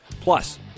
Plus